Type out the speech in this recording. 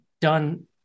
done